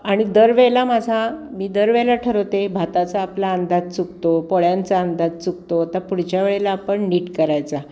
आणि दरवेळेला माझा मी दरवेळेला ठरवते भाताचा आपला अंदाज चुकतो पोळ्यांचा अंदाज चुकतो तर पुढच्या वेळेला आपण नीट करायचा